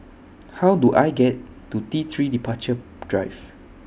How Do I get to T three Departure Drive